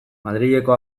madrileko